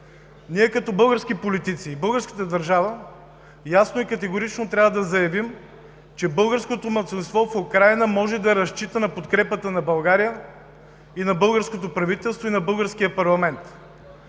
Ние като български политици и българската държава ясно и категорично трябва да заявим, че българското малцинство в Украйна може да разчита на подкрепата на България, на българското правителство и българския парламент.